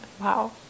wow